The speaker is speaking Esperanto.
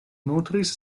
montris